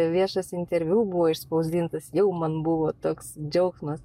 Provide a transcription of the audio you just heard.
viešas interviu buvo išspausdintas jau man buvo toks džiaugsmas